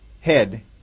head